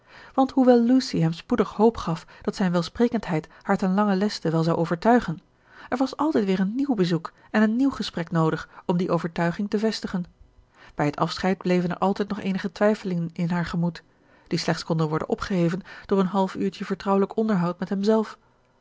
want hoewel lucy hem spoedig hoop gaf dat zijn welsprekendheid haar ten langen leste wel zou overtuigen er was altijd weer een nieuw bezoek en een nieuw gesprek noodig om die overtuiging te vestigen bij het afscheid bleven er altijd nog eenige twijfelingen in haar gemoed die slechts konden worden opgeheven door een half uurtje vertrouwelijk onderhoud met hemzelf